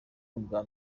ubwa